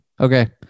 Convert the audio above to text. Okay